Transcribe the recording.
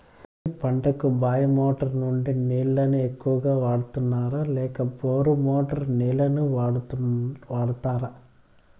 వరి పంటకు బాయి మోటారు నుండి నీళ్ళని ఎక్కువగా వాడుతారా లేక బోరు మోటారు నీళ్ళని వాడుతారా?